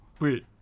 Wait